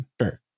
Sure